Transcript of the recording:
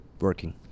working